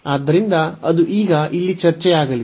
ಆದ್ದರಿಂದ ಅದು ಈಗ ಇಲ್ಲಿ ಚರ್ಚೆಯಾಗಲಿದೆ